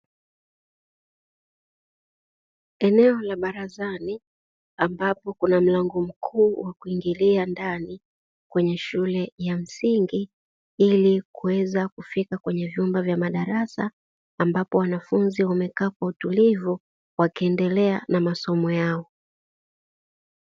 Eneo la barazani ambapo kuna mlango mkuu wa kuingilia ndani kwenye shule ya msingi, ili kuweza kufika kwenye vyumba vya madarasa ambapo wanafunzi wamekaa kwa utulivu wakiendelea na masomo yao.